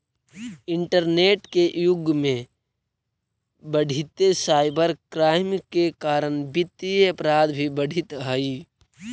internet के युग में बढ़ीते साइबर क्राइम के कारण वित्तीय अपराध भी बढ़ित हइ